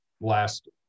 last